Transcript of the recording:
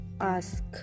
ask